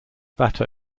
batter